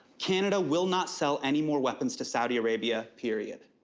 canada will not sell any more weapons to saudi arabia period.